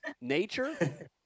nature